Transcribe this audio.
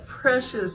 precious